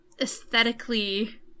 aesthetically